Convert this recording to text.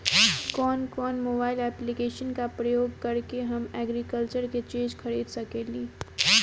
कउन कउन mobile application का प्रयोग करके हम एग्रीकल्चर के चिज खरीद सकिला?